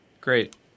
Great